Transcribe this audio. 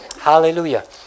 Hallelujah